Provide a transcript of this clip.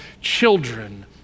children